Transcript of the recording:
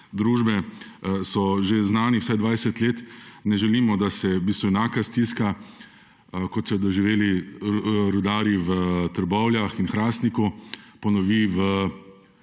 družbe znani že vsaj 20 let, ne želimo, da se enaka stiska, kot so jo doživeli rudarji v Trbovljah in Hrastniku, ponovi v